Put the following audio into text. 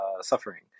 suffering